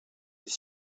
his